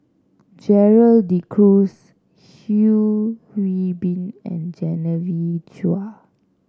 Gerald De Cruz Yeo Hwee Bin and Genevieve Chua